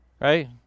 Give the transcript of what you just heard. right